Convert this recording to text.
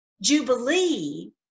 jubilee